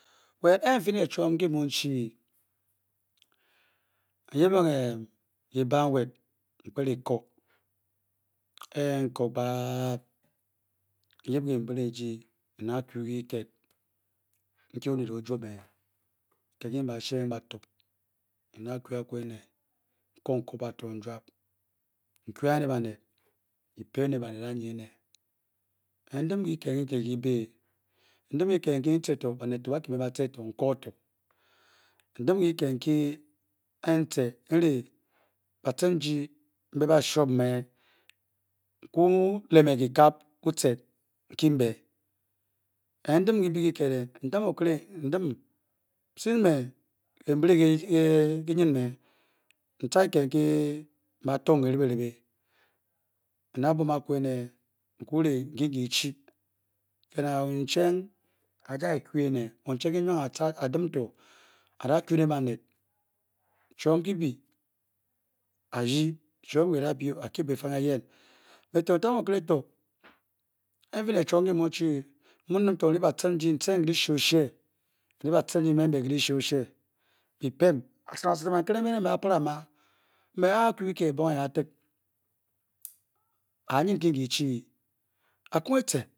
Ell am peli diom nke chi nyebung ke ba wed mkpelo ku ehku pkeal nuybe kanbelle ji inda ku te tie tel nke anel ojur me. Nfar ke helo hena oiyecheng ay jar que ene oduang ke wang a dem tor ara que le baned chom ke bi ade chom nda bu a keep kepang me ya e tor time onele tor a kele chom utie h-fo chi tan tor inle ba ten ji mbe mbe le oshie ke kele ama me ah kunhe ne kel a yen nke nka chi aku chtah